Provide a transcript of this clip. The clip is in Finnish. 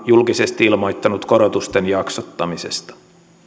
julkisesti ilmoittanut korotusten jaksottamisesta